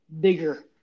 bigger